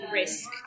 risk